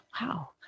Wow